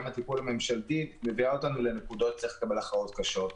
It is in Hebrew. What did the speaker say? הטיפול הממשלתי מביאים אותנו לנקודות שבהן צריך לקבל הכרעות קשות.